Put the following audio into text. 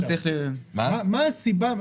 הוא צריך --- מה הסיבה,